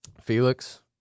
Felix